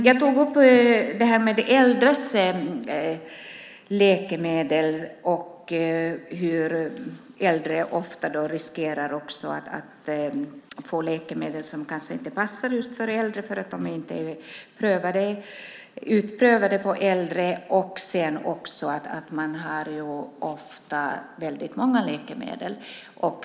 Jag tog upp det här med de äldres läkemedel och hur äldre ofta riskerar att få läkemedel som kanske inte passar för att de inte är utprovade på äldre. Dessutom har äldre ofta väldigt många läkemedel.